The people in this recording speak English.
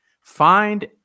find